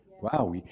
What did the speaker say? Wow